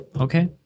okay